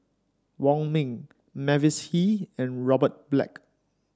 Wong Ming Mavis Hee and Robert Black